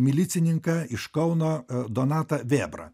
milicininką iš kauno donatą vėbrą